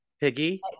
Piggy